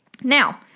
Now